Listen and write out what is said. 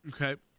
Okay